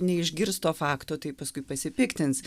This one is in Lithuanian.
neišgirs to fakto tai paskui pasipiktins